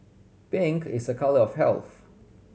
pink is a colour of health